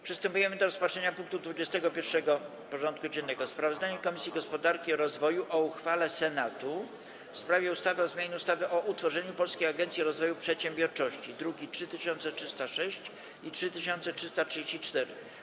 Przystępujemy do rozpatrzenia punktu 21. porządku dziennego: Sprawozdanie Komisji Gospodarki i Rozwoju o uchwale Senatu w sprawie ustawy o zmianie ustawy o utworzeniu Polskiej Agencji Rozwoju Przedsiębiorczości (druki nr 3306 i 3334)